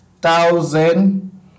thousand